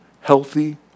Healthy